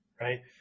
right